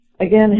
Again